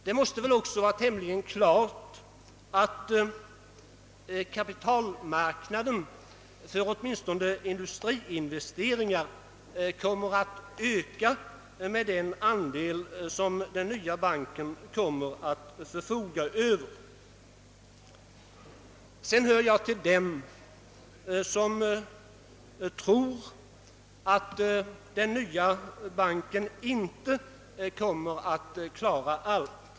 Det måste väl också stå tämligen klart att kapitalmarknaden, åtminstone för industriinvesteringar, kommer att öka med den andel som den nya banken kommer att förfoga över. Jag hör till dem som inte tror att den nya banken kommer att klara allt.